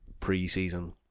preseason